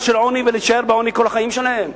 של עוני ולהישאר בעוני כל החיים שלהם?